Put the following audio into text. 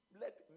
let